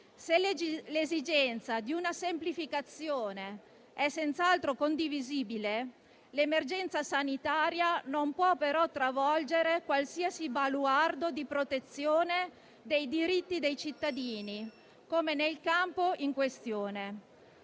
Se l'esigenza di una semplificazione è senz'altro condivisibile, l'emergenza sanitaria non può, però, travolgere qualsiasi baluardo di protezione dei diritti dei cittadini, come nel caso in questione.